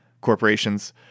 corporations